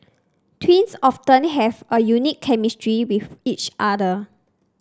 twins often have a unique chemistry with each other